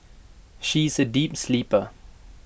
she is A deep sleeper